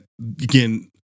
again